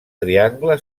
triangle